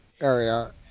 area